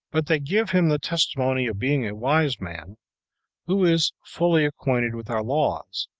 but they give him the testimony of being a wise man who is fully acquainted with our laws,